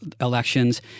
elections